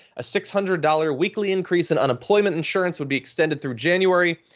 a six hundred dollars weekly increase in unemployment insurance would be extended through january.